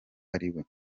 ariwe